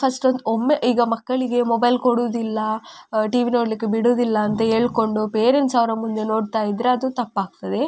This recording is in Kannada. ಫಸ್ಟೊಂದು ಒಮ್ಮೆ ಈಗ ಮಕ್ಕಳಿಗೆ ಮೊಬೈಲ್ ಕೊಡುವುದಿಲ್ಲ ಟಿವಿ ನೋಡಲಿಕ್ಕೆ ಬಿಡುವುದಿಲ್ಲ ಅಂತ ಹೇಳ್ಕೊಂಡು ಪೇರೆಂಟ್ಸ್ ಅವರ ಮುಂದೆ ನೋಡ್ತಾಯಿದ್ದರೆ ಅದು ತಪ್ಪಾಗ್ತದೆ